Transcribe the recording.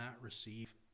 receive